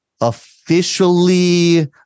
officially